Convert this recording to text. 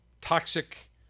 toxic